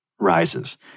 rises